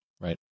Right